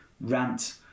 rant